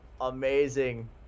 amazing